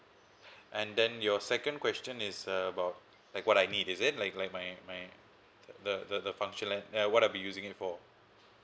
and then your second question is uh about like what I need is it like like my my the the the functional uh what I'll be using it for